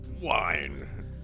Wine